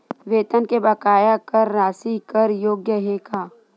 वेतन के बकाया कर राशि कर योग्य हे का?